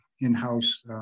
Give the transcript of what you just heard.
in-house